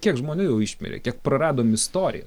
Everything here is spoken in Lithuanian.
kiek žmonių jau išmirė kiek praradom istorijos